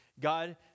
God